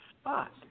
spot